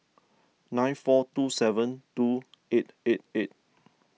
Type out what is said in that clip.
nine four two seven two eight eight eight